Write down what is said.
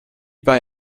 bei